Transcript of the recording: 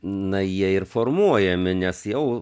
na jie ir formuojami nes jau